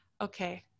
okay